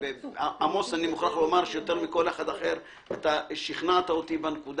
ועמוס, יותר מכל אחד אחר שכנעת אותי בכך